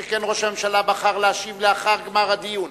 שכן ראש הממשלה בחר להשיב לאחר גמר הדיון,